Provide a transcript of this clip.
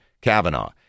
Kavanaugh